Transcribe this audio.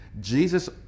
Jesus